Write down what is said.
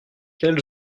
quel